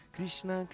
Krishna